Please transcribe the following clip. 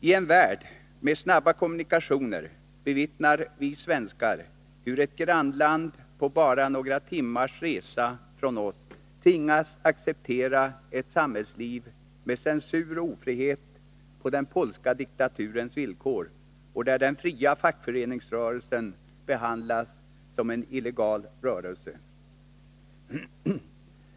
I en värld med snabba kommunikationer bevittnar vi svenskar hur ett grannland på bara någon timmes resa från oss tvingas acceptera ett samhällsliv med censur och ofrihet på den polska diktaturens villkor och där den fria fackföreningsrörelsen behandlas som en illegal rörelse.